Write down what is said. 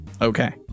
Okay